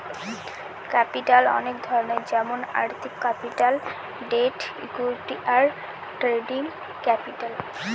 capital অনেক ধরনের যেমন আর্থিক ক্যাপিটাল, ডেট, ইকুইটি, আর ট্রেডিং ক্যাপিটাল